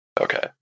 Okay